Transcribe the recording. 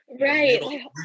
Right